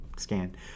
scan